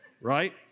Right